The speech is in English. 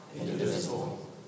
indivisible